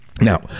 Now